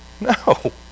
No